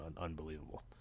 unbelievable